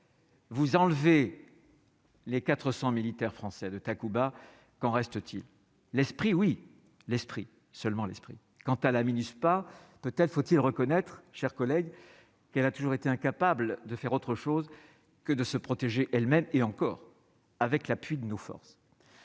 Vous enlevez les 400 militaires français de Takuba, qu'en reste-t-il l'esprit oui l'esprit seulement l'esprit quant à la minute pas, peut-être faut-il reconnaître, chers collègues, qu'elle a toujours été incapables de faire autre chose que de se protéger elles-mêmes, et encore, avec l'appui de nos forces,